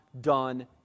done